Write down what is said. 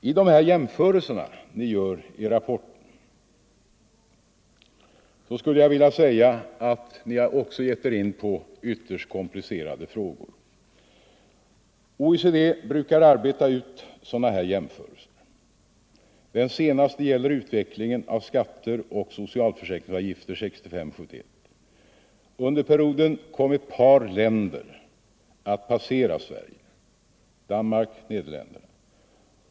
I de jämförelser som ni gör i rapporten har ni också gett er in på ytterst komplicerade frågor. OECD brukar arbeta ut sådana här jämförelser. Den senaste gäller utvecklingen av skatter och socialförsäkringsavgifter åren 1965-1971. Under perioden kom ett par länder att passera Sverige: Danmark och Nederländerna.